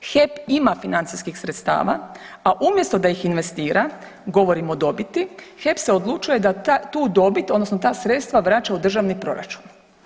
HEP ima financijskih sredstava, a umjesto da ih investira, govorim o dobiti, HEP se odlučuje da tu dobit odnosno ta sredstva vraća u državni proračun.